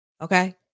Okay